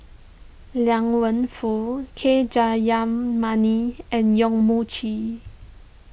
Liang Wenfu K Jayamani and Yong Mun Chee